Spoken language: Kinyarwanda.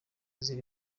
ziri